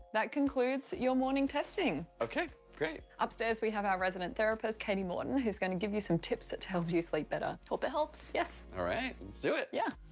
that concludes your morning testing! okay, great! upstairs we have our resident therapist, kati morton, who's gonna give you some tips to help you sleep better. hope it helps! yes! alright, let's do it! yeah!